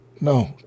no